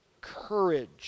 courage